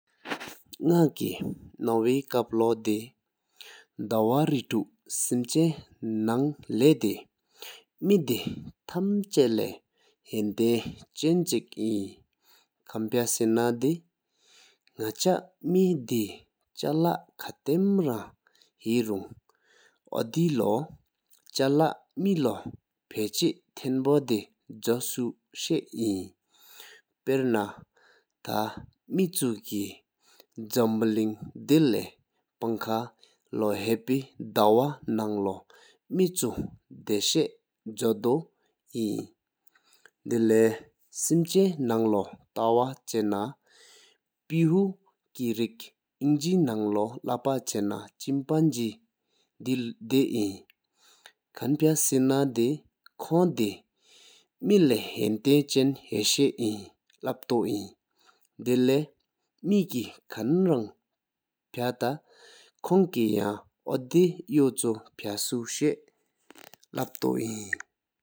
ནག་ཀེ་ནོ་ཝེ་ཀཔ་ལོ་དེ་དརྭ་རེ་ཐུ་སེམ་ཆོས་ནང་ལེགས་དེ་མེ་དེ་ཐམ་ཆ་ལེད་ཧན་ཏེན་ཅེན་གཅིག་ཡིན། ཁང་པ་སེ་ན་དེ་ནག་ཆ་མེ་དེ་ཆ་ལ་ཁ་ཏམ་རང་ཧེ་རུང་འདེ་ལོ་ཆ་ལ་མེ་ལོ་ཕ་ཆིས་ཐེན་བོད་དེ་ཇོས་སུ་ཤཱ་ཡིན། པར་ན་ཐ་མེ་ཆུ་ཀེ་བོ་ལིང་དེ་ལེ། ཕང་ཁ་ལོ་ཧ་ཕེ་དརྭོ་ནང་ལོ་མེ་ཆུ་ད་ཤ་ཇོ་དོ་ཡིན། དེ་ལས་སེམས་ཆེན་ནང་ལོ་ཏ་ཝ་ཆ་ན་ཕེཝ་ཧོ་ཀེ་རེཀ་ཨིངྒི་ནང་ལས་ལ་པ་ཆ་ན་ཆམ་པ་ཟེས་དེ་ཡིན། ཁང་པ་སེ་ན་དེ་ཁོང་དེ་མེ་ལག་ཧན་ཏེན་ཅེན་ཧ་ཤེ་ཡིན། དེ་ལེ་མེཀེ་ཁང་རང་ཕ་ཏེ་ཁོང་ཀེ་ཡང་ཡོད་ཆུ་ཕ་ཤུ་སེ་ལབ་ཏོ་ཡིན།